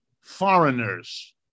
Foreigners